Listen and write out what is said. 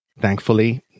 thankfully